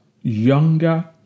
younger